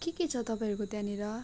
के के छ तपाईँहरूको त्यहाँनिर